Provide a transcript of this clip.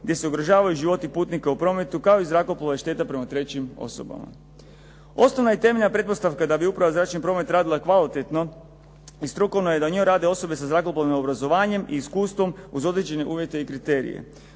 gdje se ugrožavaju životi putnika u prometu kao i zrakoplovne štete prema trećim osobama. Osnovna i temeljna pretpostavka da bi uprava zračni promet radila kvalitetno i strukovno je da .../Govornik se ne razumije./ ... da zrakoplovnim obrazovanjem i iskustvom uz određene uvjete i kriterije.